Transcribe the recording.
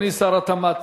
אדוני שר התמ"ת,